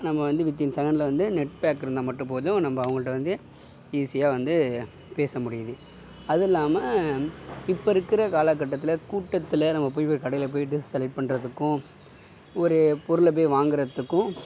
நம்ம வந்து வித்தின் செகண்ட்ல வந்து நெட் பேக் இருந்தால் மட்டும் போதும் நம்ம அவங்கள்ட வந்து ஈஸியாக வந்து பேச முடியுது அதுவும் இல்லாமல் இப்போ இருக்கிற காலகட்டத்தில் கூட்டத்தில் நம்ம போய் ஒரு கடையில போய்ட்டு டிரஸ் செலக்ட் பண்ணுறதுக்கும் ஒரு பொருளை போய் வாங்கிறதுக்கும்